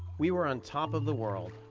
we were on top of the world.